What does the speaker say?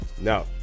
No